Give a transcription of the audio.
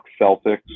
Celtics